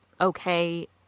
okay